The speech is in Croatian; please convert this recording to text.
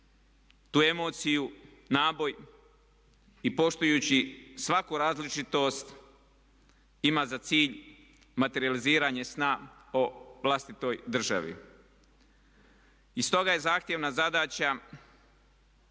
tu emociju, naboj i poštujući svaku različitost ima za cilj materijaliziranje sna o vlastitoj državi. I stoga je zahtjevna zadaća